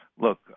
Look